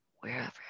wherever